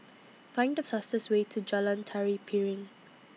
Find The fastest Way to Jalan Tari Piring